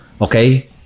okay